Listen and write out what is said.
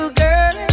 girl